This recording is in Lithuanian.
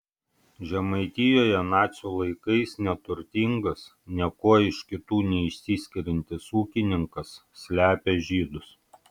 žemaitijoje nacių laikais neturtingas niekuo iš kitų neišsiskiriantis ūkininkas slepia žydus